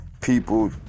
people